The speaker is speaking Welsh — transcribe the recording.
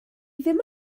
ddim